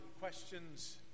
questions